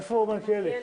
איפה מלכיאלי?